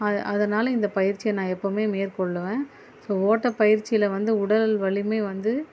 அது அதனால் இந்த பயிற்சியை நான் எப்போவுமே மேற்கொள்ளுவேன் ஸோ ஓட்டப்பயிற்சியில வந்து உடல் வலிமை வந்து